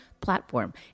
platform